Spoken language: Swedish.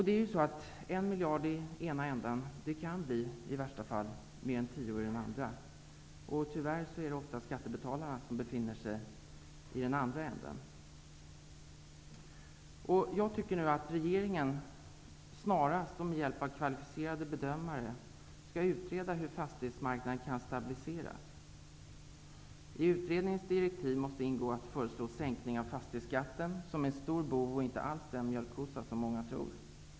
En miljard i den ena änden kan i värsta fall bli mer än tio i den andra. Tyvärr är det oftast skattebetalarna som befinner sig i den andra änden. Jag tycker att regeringen snarast och med hjälp av kvalificerade bedömare skall utreda hur fastighetsmarknaden kan stabiliseras. I utredningens direktiv måste ingå att föreslå sänkning av fastighetsskatten, som är en stor bov och inte alls den mjölkkossa som många tror.